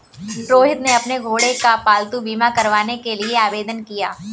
रोहित ने अपने घोड़े का पालतू बीमा करवाने के लिए आवेदन किया